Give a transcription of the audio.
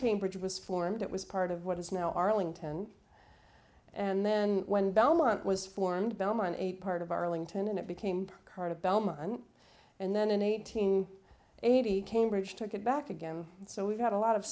cambridge was formed it was part of what is now arlington and then when belmont was formed belmont a part of arlington and it became current of belmont and then in eighteen eighty cambridge took it back again and so we've had a lot of